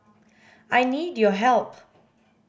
I need your help